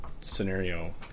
scenario